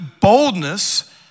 boldness